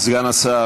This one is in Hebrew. סגן השר